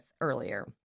earlier